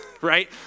right